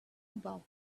about